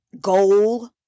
goal